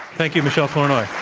thank you, michele flournoy.